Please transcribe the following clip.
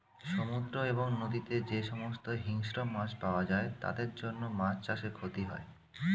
সমুদ্র এবং নদীতে যে সমস্ত হিংস্র মাছ পাওয়া যায় তাদের জন্য মাছ চাষে ক্ষতি হয়